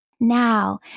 Now